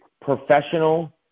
professional